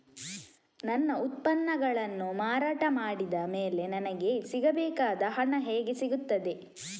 ನನ್ನ ಉತ್ಪನ್ನಗಳನ್ನು ಮಾರಾಟ ಮಾಡಿದ ಮೇಲೆ ನನಗೆ ಸಿಗಬೇಕಾದ ಹಣ ಹೇಗೆ ಸಿಗುತ್ತದೆ?